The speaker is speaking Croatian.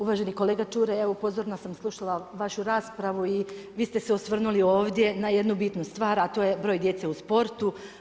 Uvaženi kolega Čuraj, evo pozorno sam slušala vašu raspravu i vi ste se osvrnuli ovdje na jednu bitnu stvar, a to je broj djece u sportu.